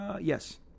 Yes